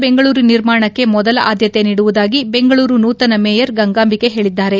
ಸ್ವಚ್ಛ ಬೆಂಗಳೂರು ನಿರ್ಮಾಣಕ್ಕೆ ಮೊದಲ ಆದ್ಯತೆ ನೀಡುವುದಾಗಿ ಬೆಂಗಳೂರು ನೂತನ ಮೇಯರ್ ಗಂಗಾಂಬಿಕೆ ಹೇಳಿದ್ದಾರೆ